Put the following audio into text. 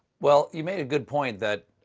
well, you made a good point that,